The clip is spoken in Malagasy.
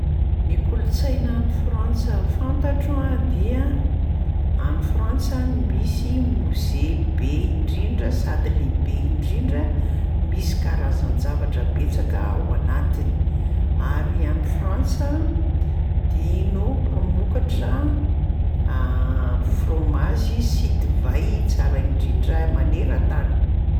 Ny kolontsaina any Frantsa fantatro a dia any Frantsa no misy mozea be indrindra sady lehibe indrindra, misy karazan-javatra betsaka ao anatiny. Ary any Frantsa di- no mpamokatra frômazy sy divay tsara indrindra maneran-tany.